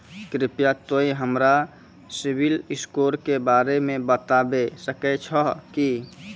कृपया तोंय हमरा सिविल स्कोरो के बारे मे बताबै सकै छहो कि?